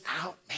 out